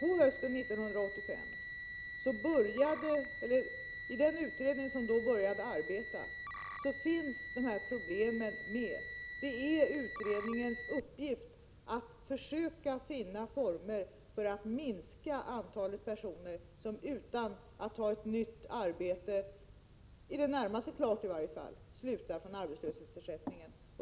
I den utredning som började arbeta hösten 1985 tas dessa problem upp. Det är en uppgift för utredaren att försöka finna former för att åstadkomma en minskning av antalet personer som slutar utan att ha ett nytt arbete och uppbär arbetslöshetsersättning.